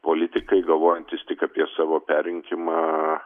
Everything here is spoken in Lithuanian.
politikai galvojantys tik apie savo perrinkimą